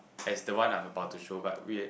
as the one I'm about to show but we